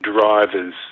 drivers